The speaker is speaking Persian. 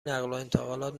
نقلوانتقالات